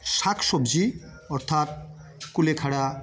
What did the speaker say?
শাকসবজি অর্থাৎ কুলেখাড়া